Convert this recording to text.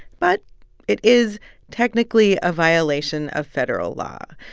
but it is technically a violation of federal law.